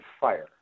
fire